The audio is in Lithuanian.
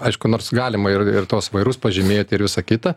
aišku nors galima ir ir tuos vairus pažymėti ir visa kita